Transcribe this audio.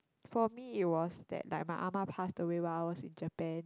for me it was that like my ah ma passed away while I was in Japan